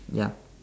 yup